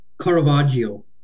Caravaggio